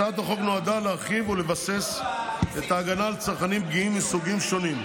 הצעת החוק נועדה להרחיב ולבסס את ההגנה על צרכנים פגיעים מסוגים שונים,